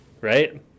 Right